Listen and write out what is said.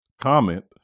comment